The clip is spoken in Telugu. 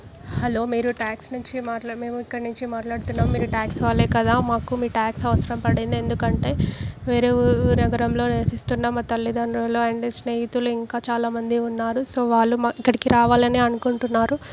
హలో మీరు ట్యాక్సీ నుంచి మాట్లాడు మేము ఇక్కడి నుంచి మాట్లాడుతున్నాము మీరు ట్యాక్సీ వాళ్ళే కదా మాకు మీ ట్యాక్సీ అవసరం పడింది ఎందుకంటే వేరే ఊరు నగరంలో నివసిస్తున్న మా తల్లిదండ్రులు అండ్ స్నేహితులు ఇంకా చాలా మంది ఉన్నారు సో వాళ్ళు మా ఇక్కడికి రావాలని అనుకుంటున్నారు